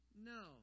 No